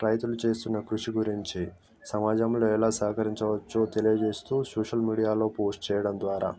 రైతులు చేస్తున్న కృషి గురించి సమాజంలో ఎలా సహకరించ వచ్చో తెలియజేస్తూ షోషల్ మీడియాలో పోస్ట్ చేయడం ద్వారా